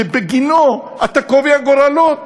שבגינו אתה קובע גורלות.